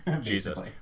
Jesus